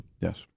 Yes